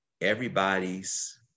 everybody's